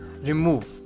remove